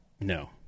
No